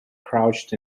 crouched